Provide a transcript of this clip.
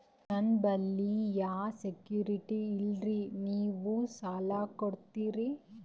ನನ್ನ ಬಳಿ ಯಾ ಸೆಕ್ಯುರಿಟಿ ಇಲ್ರಿ ನೀವು ಸಾಲ ಕೊಡ್ತೀರಿ?